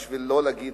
כדי לא להגיד